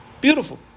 Beautiful